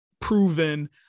proven